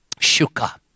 Shuka